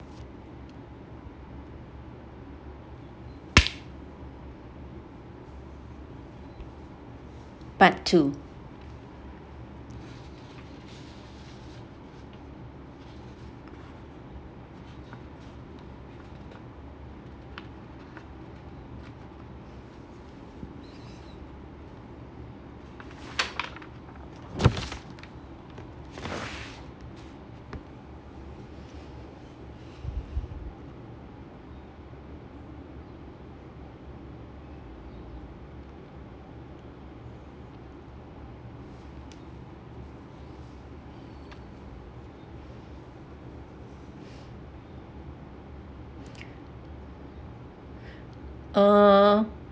part two uh